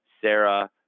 Sarah